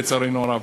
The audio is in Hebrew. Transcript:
לצערנו הרב.